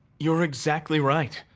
you're exactly right.